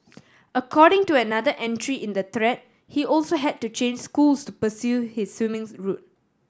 according to another entry in the thread he also had to change schools to pursue his swimming route